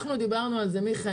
אנחנו דיברנו על זה ביוני,